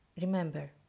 Remember